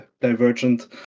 divergent